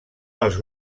els